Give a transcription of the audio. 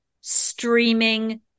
streaming